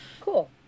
cool